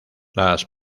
las